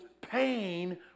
pain